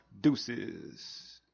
Deuces